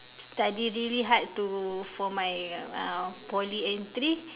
study really hard to for my uh poly entry